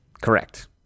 correct